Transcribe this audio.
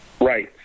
Right